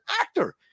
actor